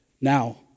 Now